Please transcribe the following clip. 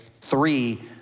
three